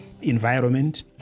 environment